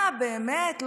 מה, באמת?